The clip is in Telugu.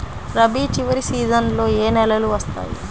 రబీ చివరి సీజన్లో ఏ నెలలు వస్తాయి?